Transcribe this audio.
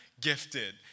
Gifted